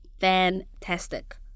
fantastic